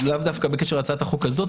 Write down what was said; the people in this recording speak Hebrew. לאו דווקא בקשר להצעת החוק הזאת,